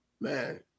Man